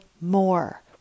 more